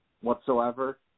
whatsoever